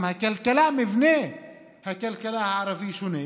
גם מבנה הכלכלה הערבית שונה.